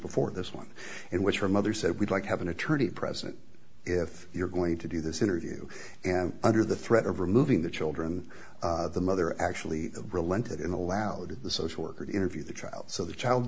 before this one in which her mother said we'd like to have an attorney present if you're going to do this interview and under the threat of removing the children the mother actually relented and allowed the social worker to interview the child so the child